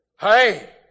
Hey